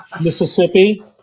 Mississippi